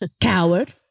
Coward